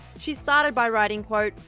she started by writing quote,